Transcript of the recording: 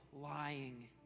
lying